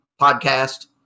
podcast